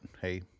Hey